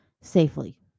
safely